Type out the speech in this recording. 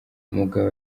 umugabo